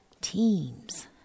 Teams